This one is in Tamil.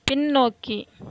பின்னோக்கி